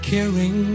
Caring